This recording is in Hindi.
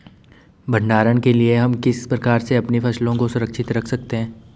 भंडारण के लिए हम किस प्रकार से अपनी फसलों को सुरक्षित रख सकते हैं?